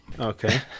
Okay